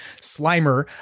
Slimer